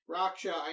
Raksha